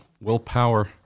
willpower